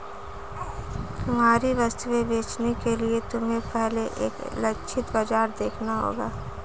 तुम्हारी वस्तुएं बेचने के लिए तुम्हें पहले एक लक्षित बाजार देखना होगा